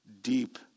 deep